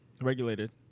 regulated